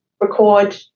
record